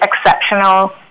exceptional